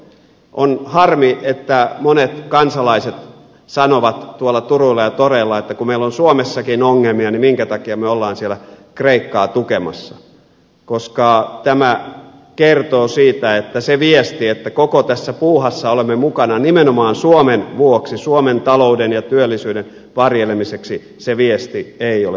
on harmi että monet kansalaiset sanovat tuolla turuilla ja toreilla että kun meillä on suomessakin ongelmia niin minkä takia me olemme siellä kreikkaa tukemassa koska tämä kertoo siitä että se viesti että koko tässä puuhassa olemme mukana nimenomaan suomen vuoksi suomen talouden ja työllisyyden varjelemiseksi ei ole mennyt perille